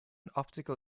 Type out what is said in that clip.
optical